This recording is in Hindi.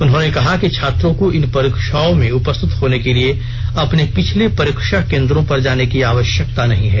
उन्होंने कहा कि छात्रों को इन परीक्षाओं में उपस्थित होने के लिए अपने पिछले परीक्षा केंद्रों पर जाने की आवश्यकता नहीं है